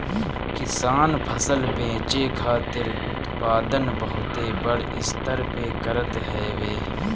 किसान फसल बेचे खातिर उत्पादन बहुते बड़ स्तर पे करत हवे